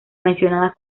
mencionadas